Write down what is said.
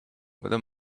where